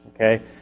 Okay